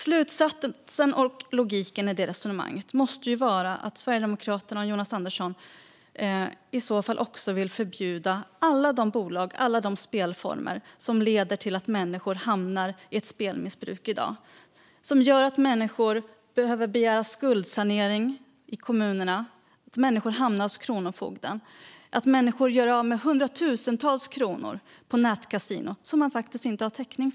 Slutsatsen av och logiken i det resonemanget måste i så fall vara att Sverigedemokraterna och Jonas Andersson också vill förbjuda alla de bolag och spelformer som leder till att människor hamnar i spelmissbruk i dag. Dessa gör att människor behöver begära skuldsanering hos sin kommun, hamnar hos kronofogden och gör av med hundratusentals kronor, som de inte har täckning för, på nätkasinon.